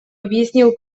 объяснил